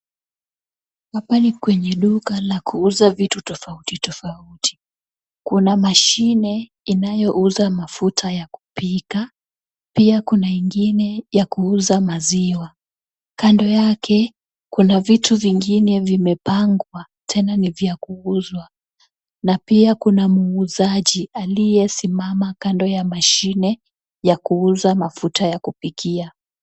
Hapa ni kwenye duka la kuuza vitu tofautitofauti. Kuna mashine inayouza mafuya ya kupika, pia kuna ingine ya kuuza maziwa. Kando yake kuna vitu vingine vimepangwa tena ni vya kuuzwa na pia kuna muuzaji aliyesimama kando ya mashine ya kuuza mafuta ya kupikia.